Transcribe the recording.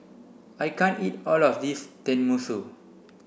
I can't eat all of this Tenmusu